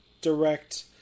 direct